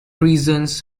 reasons